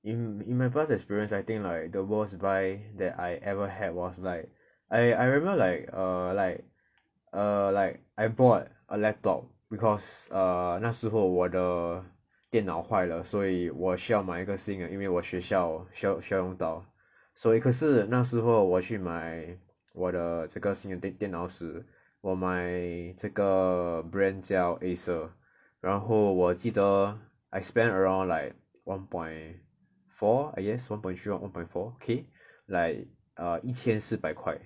in in my past experience I think like the worst buy that I ever had was like I I remember like err like err like I bought a laptop because err 那时候我的电脑坏了所以我需要买一个新的因为我学校需要需要用到所以可是那时候我去买我的这个新的电脑时我买这个 brand 叫 Acer 然后我记得 I spent around like one point four I guess one point three or one point four K like err 一千四百块